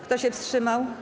Kto się wstrzymał?